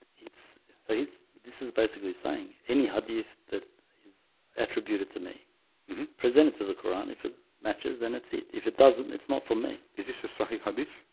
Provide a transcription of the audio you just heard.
it's so he's this is basically saying any hadith that is attributed to me presented to the quran if it matches then it's eat. if it doesn't it's not from me. is this a sorry hadith?